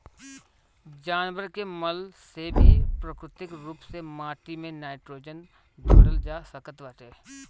जानवर के मल से भी प्राकृतिक रूप से माटी में नाइट्रोजन जोड़ल जा सकत बाटे